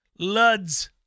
Luds